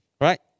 Right